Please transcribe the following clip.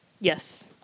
Yes